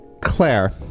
Claire